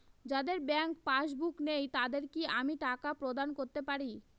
যাদের bank passbook নেই তাদের কি আমি টাকা প্রদান করতে পারি?